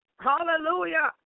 Hallelujah